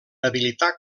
habilitar